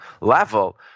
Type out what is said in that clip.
level